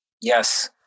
Yes